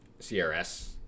CRS